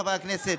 חברי הכנסת,